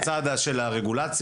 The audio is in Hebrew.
מהצד של הרגולציה,